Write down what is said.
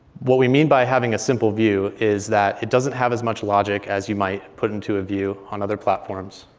what we mean by having a simple view is that it doesn't have as much logic as you might put into a view on other platforms.